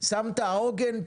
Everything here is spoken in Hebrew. שמת עוגן,